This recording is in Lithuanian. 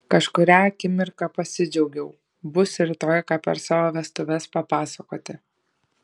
kažkurią akimirką pasidžiaugiau bus rytoj ką per savo vestuves papasakoti